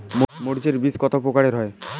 মরিচ এর বীজ কতো প্রকারের হয়?